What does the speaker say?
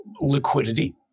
liquidity